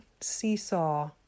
seesaw